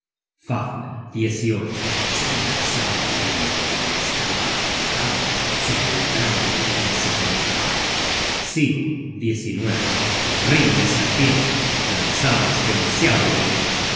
fafner yo lanzaba veneno cuando estaba acostado sobre la grande herencia de mi padre sigurd horrible serpiente lanzabas demasiado veneno y